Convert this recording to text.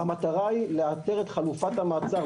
המטרה היא לאתר את חלופת המעצר,